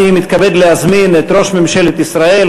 אני מתכבד להזמין את ראש ממשלת ישראל,